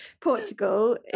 Portugal